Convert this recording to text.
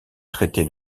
traité